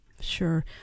Sure